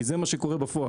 כי זה מה שקורה בפועל.